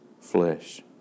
flesh